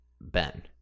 Ben